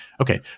Okay